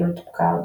היולט פקארד,